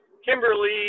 Kimberly